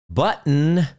button